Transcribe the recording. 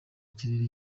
ikirere